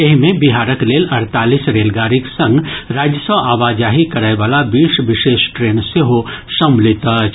एहि मे बिहारक लेल अड़तालिस रेलगाड़ीक संग राज्य सँ आवाजाही करयवला बीस विशेष ट्रेन सेहो सम्मिलित अछि